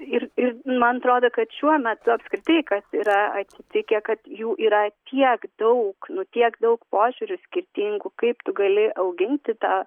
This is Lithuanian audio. ir ir man atrodo kad šiuo metu apskritai kas yra atsitikę kad jų yra tiek daug nu tiek daug požiūrių skirtingų kaip tu gali auginti tą